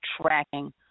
tracking